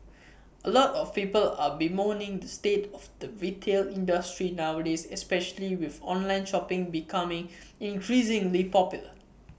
A lot of people are bemoaning the state of the retail industry nowadays especially with online shopping becoming increasingly popular